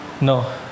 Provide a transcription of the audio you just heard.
No